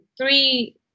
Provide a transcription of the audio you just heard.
three